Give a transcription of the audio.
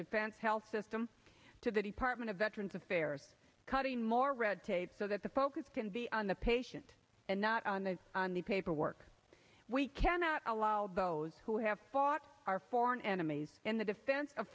defense health system to that he part of veterans affairs cutting more red tape so that the focus can be on the patient and not on the on the paperwork we cannot allow those who have fought our foreign enemies in the defense of